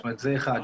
זה אחת.